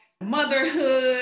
motherhood